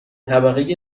طبقه